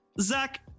Zach